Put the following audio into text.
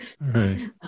right